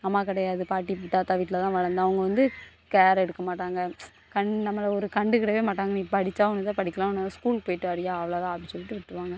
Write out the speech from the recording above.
அம்மா கிடையாது பாட்டி தாத்தா வீட்டில் தான் வளர்ந்தன் அவங்க வந்து கேர் எடுக்கமாட்டாங்க கண் நம்மளை ஒரு கண்டுக்கடவே மாட்டாங்க நீ படித்தா ஒன்று தான் படிக்கலான ஒன்று தான் ஸ்கூல்லுக்கு போய்ட்டு வாறியா அவ்வளோ தான் அப்படின்னு சொல்லி விட்டிருவாங்க